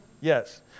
Yes